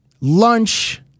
lunch